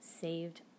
saved